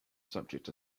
subject